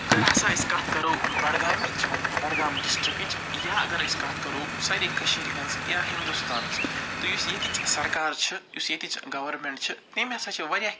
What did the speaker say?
اگر ہسا أسۍ کَتھ کَرو بَڈٕگامِچ بَڈٕگام ڈِسٹِرٛکٕچ یا اگر أسۍ کَتھ کَرو سارے کٔشیٖرِ ہٕنٛز یا ہِنٛدوستانٕچ تہٕ یُس ییٚتِچ سرکار چھِ یُس ییٚتِچ گورمٮ۪نٛٹ چھِ تٔمۍ ہسا چھِ واریاہ